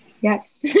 Yes